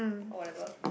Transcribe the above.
whatever